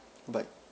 goodbye